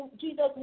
Jesus